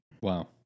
Wow